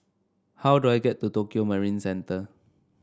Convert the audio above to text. how do I get to Tokio Marine Centre